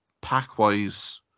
pack-wise